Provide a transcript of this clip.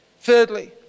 Thirdly